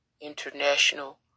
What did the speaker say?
international